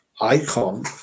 icon